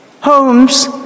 homes